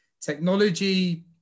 technology